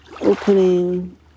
opening